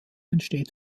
entsteht